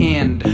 end